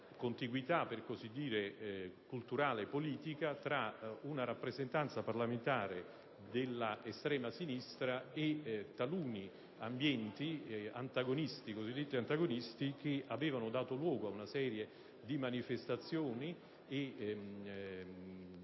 contiguità, per così dire, culturale e politica tra una rappresentanza parlamentare dell'estrema sinistra e taluni ambienti cosiddetti antagonisti che avevano dato luogo ad una serie di manifestazioni e